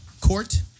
Court